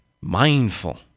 mindful